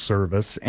Service